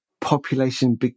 population